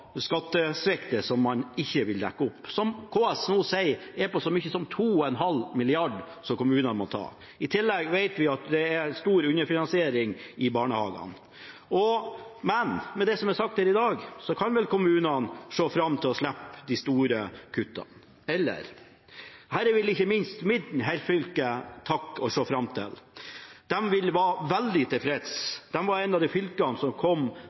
som man ikke vil dekke opp, som KS nå sier at er på så mye som 2,5 mrd. kr, som kommunene må ta. I tillegg vet vi at det er stor underfinansiering i barnehagene. Men med det som er sagt her i dag, kan vel kommunene se fram til å slippe de store kuttene – eller? Dette vil ikke minst mitt hjemfylke takke for og se fram til. De vil være veldig tilfreds. Det er et av de fylkene som